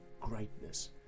greatness